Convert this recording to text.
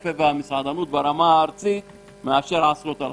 הקפה והמסעדנות ברמה הארצית מאשר עשרות אלפים.